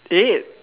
eight